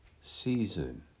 season